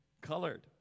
Colored